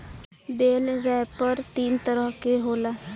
बेल wrapper तीन तरह के होला